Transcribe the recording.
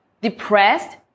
depressed